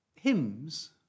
Hymns